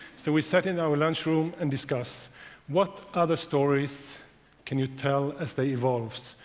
so we sat in our lunchroom and discussed what other stories can you tell as they evolve?